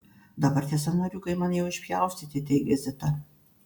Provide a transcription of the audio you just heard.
dabar tie sąnariukai man jau išpjaustyti teigia zita